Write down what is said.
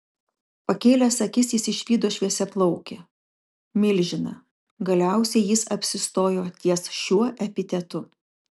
pakėlęs akis jis išvydo šviesiaplaukį milžiną galiausiai jis apsistojo ties šiuo epitetu